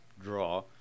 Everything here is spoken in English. draw